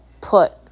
put